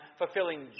fulfilling